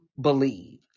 believe